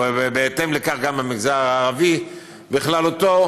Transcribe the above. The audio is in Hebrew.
ובהתאם לכך גם המגזר הערבי בכללותו,